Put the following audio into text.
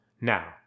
Now